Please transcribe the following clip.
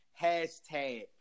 Hashtag